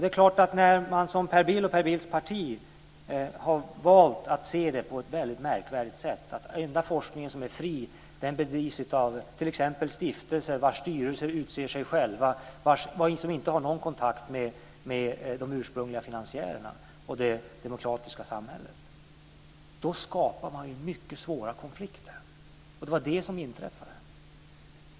Det är klart att när man som Per Bill och Per Bills parti har valt att se det på ett väldigt märkvärdigt sätt, nämligen att den enda forskning som är fri är den som bedrivs av t.ex. stiftelser, vilkas styrelser utser sig själva och som inte har någon kontakt med de ursprungliga finansiärerna och det demokratiska samhället. Då skapar man ju mycket svåra konflikter. Och det var det som inträffade.